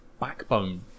backbone